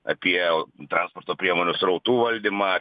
apie transporto priemonių srautų valdymą